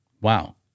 Wow